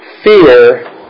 fear